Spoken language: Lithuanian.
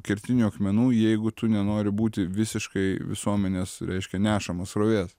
kertinių akmenų jeigu tu nenori būti visiškai visuomenės reiškia nešamas srovės